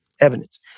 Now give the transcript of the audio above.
evidence